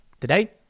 Today